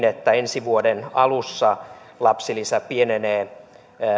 että ensi vuoden alussa lapsilisä pienenee